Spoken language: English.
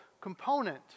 component